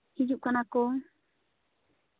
ᱦᱤᱡᱩᱜ ᱠᱟᱱᱟ ᱠᱚ